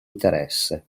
interesse